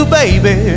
baby